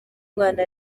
umwana